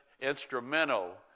instrumental